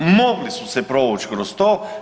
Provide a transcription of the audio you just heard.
Mogli su se provući kroz to.